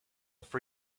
for